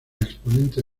exponente